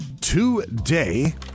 Today